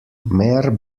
mehr